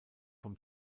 vom